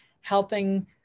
helping